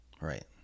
right